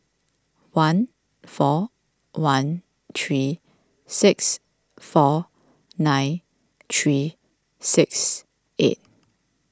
one four one three six four nine three six eight